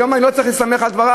היום אני לא צריך להסתמך על דברי,